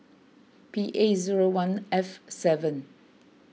P A zero one F seven